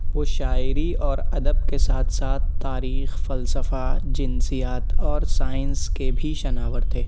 وہ شاعری اور ادب کے ساتھ ساتھ تاریخ فلسفہ جنسیات اور سائنس کے بھی شناور تھے